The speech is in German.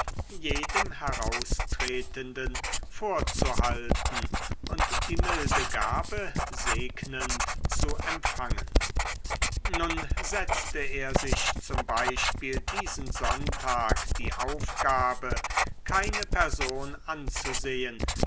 jedem heraustretenden vorzuhalten und die milde gabe segnend zu empfangen nun setzte er sich z b diesen sonntag die aufgabe keine person anzusehen